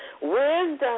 Wisdom